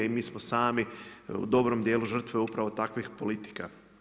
I mi smo sami u dobrom dijelu žrtve upravo takvih politika.